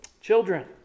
Children